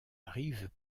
arrivent